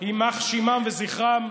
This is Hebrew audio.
יימח שמם וזכרם,